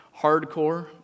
hardcore